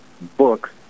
books